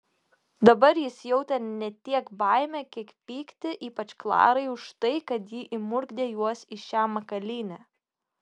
dabar jis jautė ne tiek baimę kiek pyktį ypač klarai už tai kad ji įmurkdė juos į šią makalynę